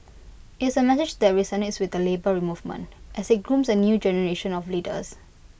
it's A message that resonates with the Labour Movement as IT grooms A new generation of leaders